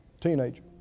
teenager